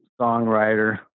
songwriter